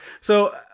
So-